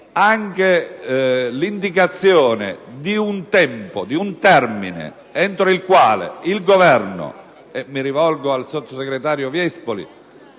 anche l'indicazione di un termine entro il quale il Governo - e mi rivolgo al sottosegretario Viespoli